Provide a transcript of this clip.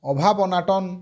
ଅଭାବ ଅନାଟନ୍